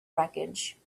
wreckage